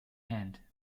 hand